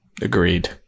Agreed